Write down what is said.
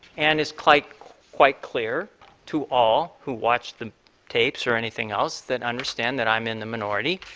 and it's quite quite clear to all who watch the tapes or anything else that understand that i am in the minority,